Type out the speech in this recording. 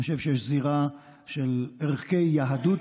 אני חושב שיש זירה של ערכי יהדות,